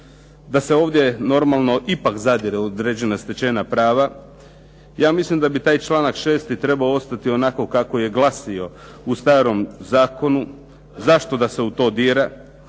da se ovdje normalno ipak zadire u određena stečena prava. Ja mislim da bi taj članak 6. trebao ostati onako kako je glasio u starom zakonu, zašto da se u to dira.